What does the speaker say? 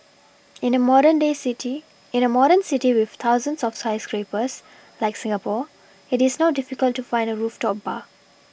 in a modern day city in a modern city with thousands of skyscrapers like Singapore it is not difficult to find a rooftop bar